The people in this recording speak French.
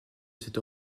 cette